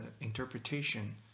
interpretation